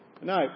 No